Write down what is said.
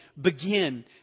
begin